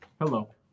hello